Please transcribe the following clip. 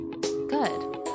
good